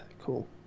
cool